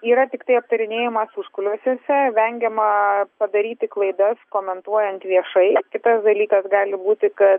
yra tiktai aptarinėjamas užkulisiuose vengiama padaryti klaidas komentuojant viešai kitas dalykas gali būti kad